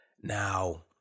Now